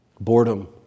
boredom